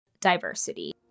diversity